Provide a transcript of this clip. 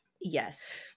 Yes